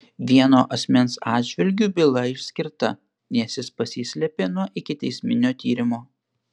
vieno asmens atžvilgiu byla išskirta nes jis pasislėpė nuo ikiteisminio tyrimo